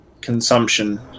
Consumption